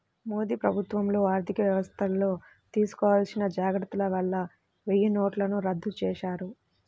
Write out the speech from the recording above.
మోదీ ప్రభుత్వంలో ఆర్ధికవ్యవస్థల్లో తీసుకోవాల్సిన జాగర్తల వల్ల వెయ్యినోట్లను రద్దు చేశారు